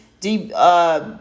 deep